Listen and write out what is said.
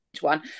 one